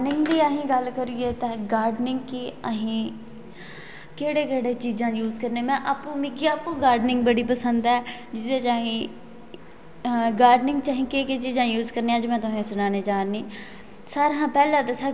सारे इंडिया दे जेह्ड़े मेन पापुलर बड़े करैक्टर योगा दे न जेह्ड़े उ'नें लिखेदा कि योगा करो योगा करनी चाहिदी सवेरे उट्ठियै योगा करगे ते साढ़े मतलब गोडे ते बाहीं जेह्ड़ियां पीड़ां होंदियां ओह् दूर होंदियां न